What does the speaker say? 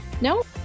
nope